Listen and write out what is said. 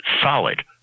solid